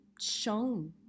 shown